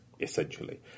essentially